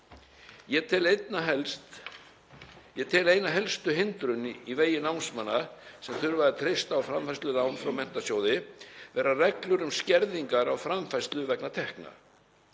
Ég tel að ein helsta hindrun í vegi námsmanna sem þurfa að treysta á framfærslulán frá Menntasjóði séu reglur um skerðingar á framfærslu vegna tekna.